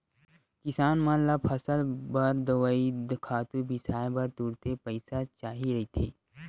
किसान मन ल फसल बर दवई, खातू बिसाए बर तुरते पइसा चाही रहिथे